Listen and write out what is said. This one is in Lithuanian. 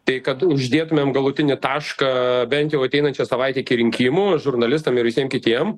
tai kad uždėtumėm galutinį tašką bent jau ateinančią savaitę iki rinkimų žurnalistam ir visiem kitiem